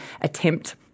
attempt